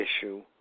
issue